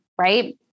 right